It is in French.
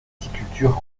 viticulture